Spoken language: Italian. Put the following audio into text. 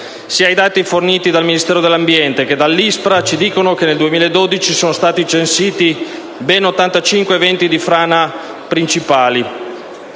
i dati forniti sia dal Ministero dell'ambiente che dall'ISPRA ci dicono che nel 2012 sono stati censiti ben 85 eventi di frana principali